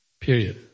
Period